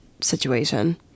situation